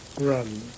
run